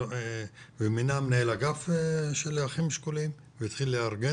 ומינה מנהל אגף של אחים שכולים והתחיל לארגן